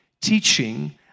teaching